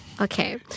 Okay